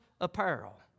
apparel